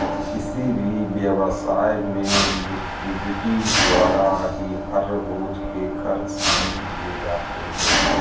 किसी भी व्यवसाय में लिक्विडिटी द्वारा ही हर रोज के खर्च सहन किए जाते हैं